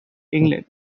england